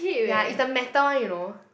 ya it's the metal one you know